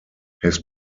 his